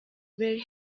very